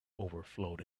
overflowed